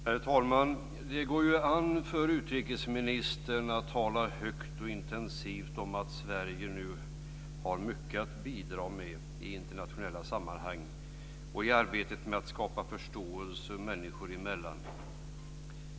Herr talman! Det går an för utrikesministern att tala högt och intensivt om att Sverige nu har mycket att bidra med i internationella sammanhang och i arbetet med att skapa förståelse människor emellan.